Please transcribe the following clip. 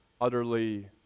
utterly